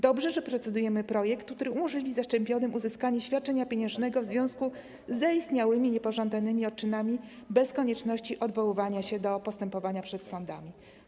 Dobrze, że procedujemy nad projektem, który umożliwi zaszczepionym uzyskanie świadczenia pieniężnego w związku z zaistniałymi niepożądanymi odczynami, bez konieczności odwoływania się do postępowania przed sądami.